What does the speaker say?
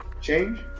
change